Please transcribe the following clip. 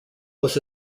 was